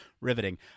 Riveting